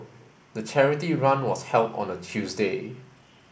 the charity run was held on a Tuesday